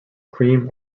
cream